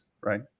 Right